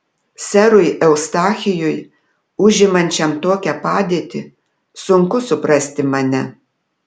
serui eustachijui užimančiam tokią padėtį sunku suprasti mane